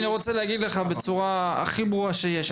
אני רוצה להגיד לך בצורה הכי ברורה שיש.